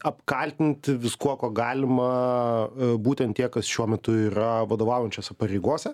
apkaltinti viskuo kuo galima būtent tie kas šiuo metu yra vadovaujančiose pareigose